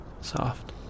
soft